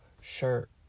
shirt